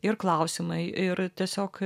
ir klausimai ir tiesiog